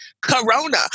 corona